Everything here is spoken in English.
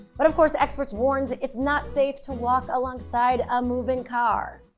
but of course experts warns it's not safe to walk alongside a moving car.